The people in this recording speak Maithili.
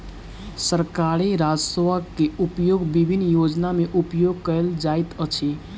सरकारी राजस्व के उपयोग विभिन्न योजना में उपयोग कयल जाइत अछि